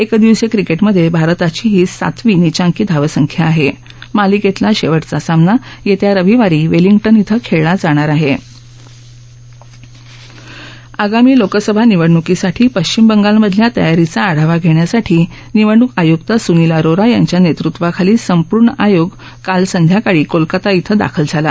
एकदिवसीय क्रिक्टमधभारताची ही सातवी निचाक्री धावसखा आह मालिकत्तिला शक्तिचा सामना यस्त्रा रविवारी वलिट्टिन शक्तिछ्ला जाणार आह श आगामी लोकसभा निवडणुकीसाठी पश्चिम बंगालमधल्या तयारीचा आढावा घेण्यासाठी निवडणूक आयुक्त सुनील अरोरा यांच्या नेतृत्वाखाली संपूर्ण आयोग काल संध्याकाळी कोलकाता धिं दाखल झाला